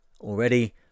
Already